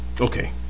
Okay